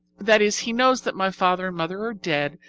that is, he knows that my father and mother are dead,